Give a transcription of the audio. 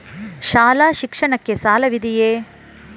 ಶಾಲಾ ಶಿಕ್ಷಣಕ್ಕೆ ಸಾಲವಿದೆಯೇ?